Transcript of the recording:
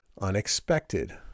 unexpected